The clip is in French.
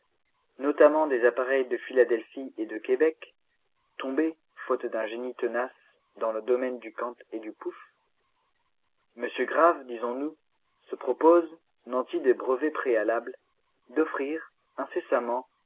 notamment des appareils de philadelphie et de québec tombés faute d'un génie tenace dans le domaine du cant et du puff m grave disons-nous se propose nanti de brevets préalables d'offrir incessamment